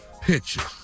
pictures